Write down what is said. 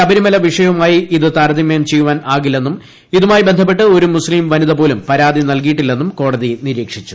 ശബരിമല വിഷയവുമായി ഇത് താരതമ്യം ചെയ്യുവാൻ ആകില്ലെന്നും ഇതുമായി ബന്ധപ്പെട്ട് ഒരു മുസ്ത്രീം വനിത പോലും പരാതി നല്കിയിട്ടില്ലെന്നും കോടതി നിരീക്ഷിച്ചു